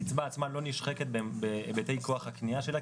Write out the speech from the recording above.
הקצבה עצמה לא נשחקת בהיבטי כוח הקנייה שלה,